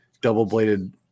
double-bladed